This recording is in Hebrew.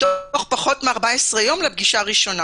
תוך פחות מ-14 יום לפגישה הראשונה